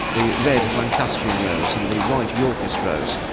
the red lancastrian rose and the white yorkist rose,